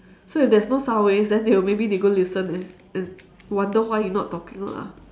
so if there's no sound waves then they will maybe they go listen and and wonder why you not talking lah